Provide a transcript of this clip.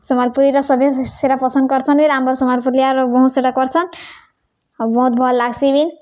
ସମ୍ବଲପୁରୀର ସଭେ ସେଟା ପସନ୍ଦ୍ କର୍ସନ୍ ବି ଆମର୍ ସମ୍ବଲପୁରିଆ ଲୋକ୍ ବହୁତ୍ ସେଟା କର୍ସନ୍ ଆଉ ବହୁତ୍ ଭଲ୍ ଲାଗ୍ସି ବି